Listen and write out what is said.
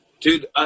Dude